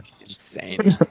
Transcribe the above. Insane